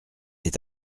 est